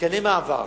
מתקני מעבר,